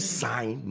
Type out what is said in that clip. sign